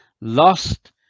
lost